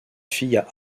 fille